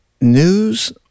news